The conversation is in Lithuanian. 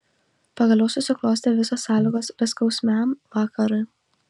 pagaliau susiklostė visos sąlygos beskausmiam vakarui